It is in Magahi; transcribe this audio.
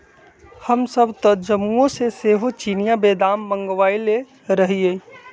हमसभ तऽ जम्मूओ से सेहो चिनियाँ बेदाम मँगवएले रहीयइ